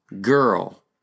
girl